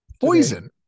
Poison